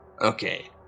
Okay